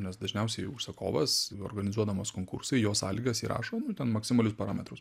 nes dažniausiai užsakovas organizuodamas konkursą į jo sąlygas įrašo ten maksimalius parametrus